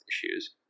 issues